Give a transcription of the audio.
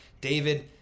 David